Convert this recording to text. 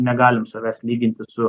negalim savęs lyginti su